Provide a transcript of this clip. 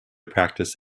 practice